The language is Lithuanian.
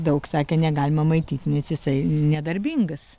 daug sakė negalima maityt nes jisai nedarbingas